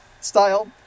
style